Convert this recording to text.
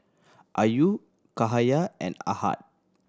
Ayu Cahaya and Ahad